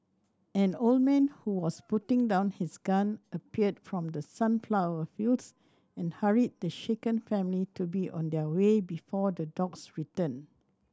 an old man who was putting down his gun appeared from the sunflower fields and hurried the shaken family to be on their way before the dogs return